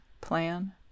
Plan